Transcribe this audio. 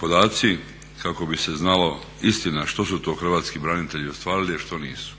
podaci kako bi se znalo istina što su to hrvatski branitelji ostvarili, a što nisu.